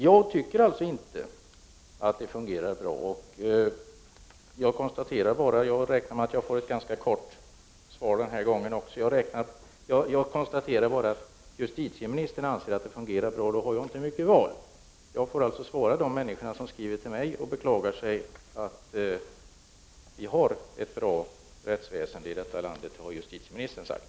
Jag anser alltså att rättsväsendet inte fungerar bra, men jag konstaterar bara — jag räknar med att också den här gången få ett ganska kort svar — att eftersom justitieministern anser att det fungerar, har jag inte mycket val. Till de människor som skriver till mig och beklagar sig får jag således svara att justitieministern har sagt att vi har ett bra rättssystem i det här landet.